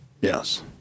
Yes